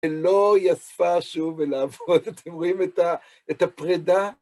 ללא יאספה שוב, ולעבוד, אתם רואים את הפרידה?